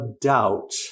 doubt